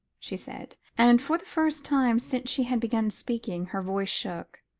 she said and for the first time since she had begun speaking, her voice shook.